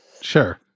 sure